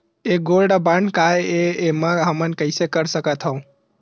ये gold bond काय ए एमा हमन कइसे कर सकत हव?